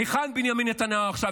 היכן בנימין נתניהו עכשיו?